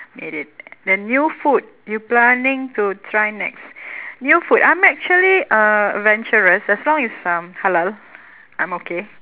made it the new food you planning to try next new food I'm actually uh adventurous as long it's um halal I'm okay